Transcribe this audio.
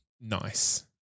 Nice